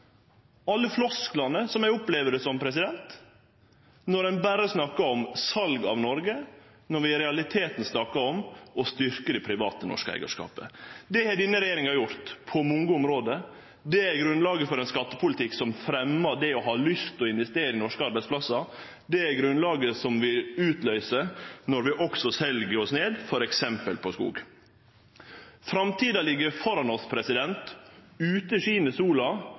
alle flosklane som eg opplever det som når ein berre snakkar om sal av Noreg, når vi i realiteten snakkar om å styrkje den private, norske eigarskapen. Det har denne regjeringa gjort på mange område. Det er grunnlaget for ein skattepolitikk som fremjar det å ha lyst til å investere i norske arbeidsplassar, det er grunnlaget som vi utløyser når vi òg sel oss ned t.d. på skog. Framtida ligg føre oss. Ute skin sola,